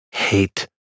Hate